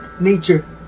nature